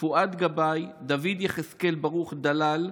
פואד גבאי, דוד יחזקאל ברוך דלאל,